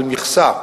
על מכסה,